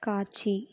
காட்சி